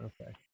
Okay